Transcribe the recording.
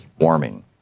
warming